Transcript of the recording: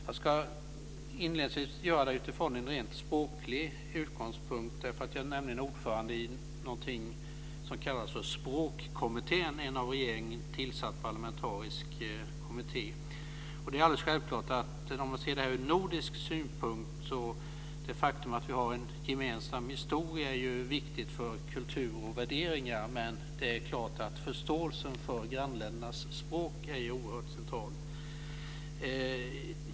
Jag ska inledningsvis beröra det utifrån en rent språklig utgångspunkt. Jag är nämligen ordförande i någonting som kallas för Språkkommittén. Det är en av regeringen tillsatt parlamentarisk kommitté. Det är alldeles självklart att om man ser det här ur nordisk synpunkt är det faktum att vi har en gemensam historia viktigt för kultur och värderingar, och förståelsen för grannländernas språk är ju oerhört central.